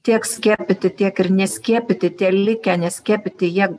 tiek skiepyti tiek ir neskiepyti tie likę neskiepyti jie